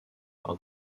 par